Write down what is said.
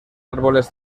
árboles